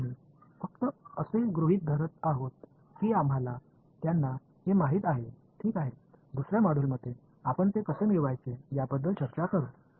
तर आम्ही फक्त असे गृहित धरत आहोत की आम्हाला त्यांना हे माहित आहे ठीक आहे दुसर्या मॉड्यूलमध्ये आपण ते कसे मिळवायचे याबद्दल चर्चा करू